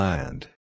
Land